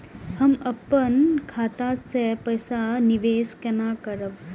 हम अपन खाता से पैसा निवेश केना करब?